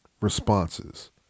responses